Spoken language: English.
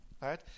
Right